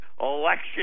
election